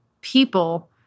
people